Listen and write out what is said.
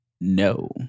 No